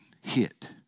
hit